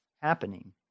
happening